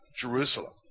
Jerusalem